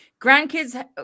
grandkids